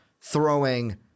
throwing